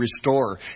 restore